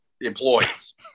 employees